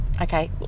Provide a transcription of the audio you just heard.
Okay